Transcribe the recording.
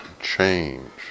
change